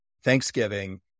Thanksgiving